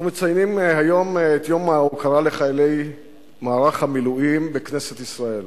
אנחנו מציינים היום את יום ההוקרה לחיילי מערך המילואים בכנסת ישראל,